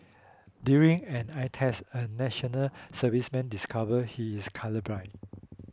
during an eye test a National Serviceman discover he is colourblind